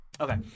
Okay